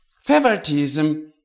favoritism